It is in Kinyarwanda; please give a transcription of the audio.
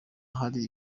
hari